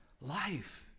life